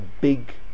big